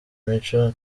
imico